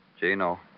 Gino